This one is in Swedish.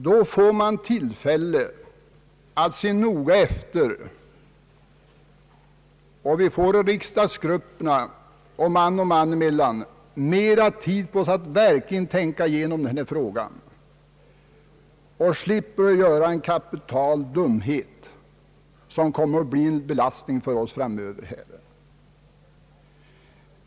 Det skulle ge oss möjlighet att inom riksdagsgrupperna och man och man emellan verkligen tänka igenom denna fråga, och det skulle förhindra oss från att göra en kapital dumhet, som kommer att bli en belastning för oss framöver.